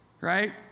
Right